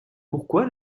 pourquoi